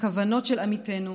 הכוונות של עמיתינו,